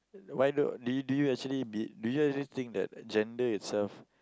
why d~ do you do you actually be do you actually think that gender itself